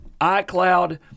iCloud